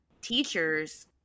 teachers